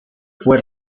fue